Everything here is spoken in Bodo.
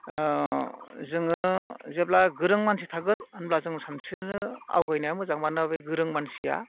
जोङो जेब्ला गोरों मानसि थागोन होमब्ला जोङो सानस्रिनो आवगायनाया मोजां मानोना बे गोरों मानसिया